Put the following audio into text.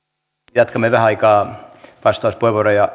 jatkamme vähän aikaa vastauspuheenvuoroja